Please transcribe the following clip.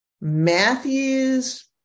Matthew's